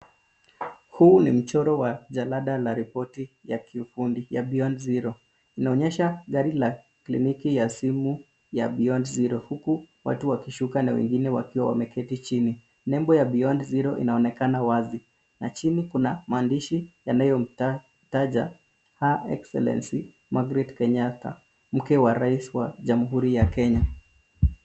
Huu ni mchoro wa jalada la ripoti ya kiufundi ya Beyond Zero, inaonyesha gari la kliniki ya simu ya Beyond Zero, huku watu wakishuka na wengine wakiwa wameketi chini. Nembo ya Beyond Zero inaonekana wazi, na chini kuna maandishi yanayomtaja Her excellency Margret Kenyatta, mke wa Rais wa jamuhuri ya Kenya.